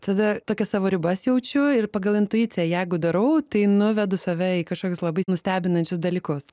tada tokias savo ribas jaučiu ir pagal intuiciją jeigu darau tai nuvedu save į kažkokius labai nustebinančius dalykus